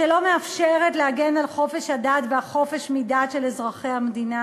שלא מאפשרת להגן על חופש הדת ועל חופש מדת של אזרחי המדינה.